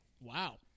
Wow